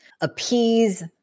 appease